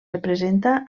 representa